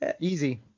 Easy